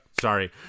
Sorry